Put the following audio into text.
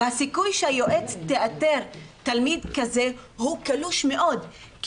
והסיכוי שיועצת תאתר תלמיד כזה הוא קלוש מאוד,